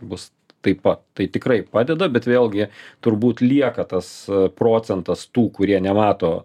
bus taip pat tai tikrai padeda bet vėlgi turbūt lieka tas procentas tų kurie nemato